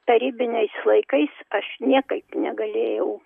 tarybiniais laikais aš niekaip negalėjau